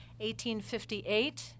1858